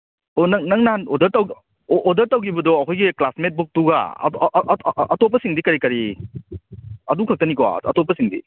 ꯑꯣ ꯅꯪ ꯅꯪ ꯅꯍꯥꯟ ꯑꯣꯗꯔ ꯇꯧ ꯑꯣꯗꯔ ꯇꯧꯈꯤꯕꯗꯣ ꯑꯩꯈꯣꯏꯒꯤ ꯀ꯭ꯂꯥꯁꯃꯦꯠ ꯕꯨꯛꯇꯨꯒ ꯑꯇꯣꯞꯄꯁꯤꯡꯗꯤ ꯀꯔꯤ ꯀꯔꯤ ꯑꯗꯨ ꯈꯛꯇꯅꯤꯀꯣ ꯑꯇꯣꯞꯁꯤꯡꯗꯤ